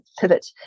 pivot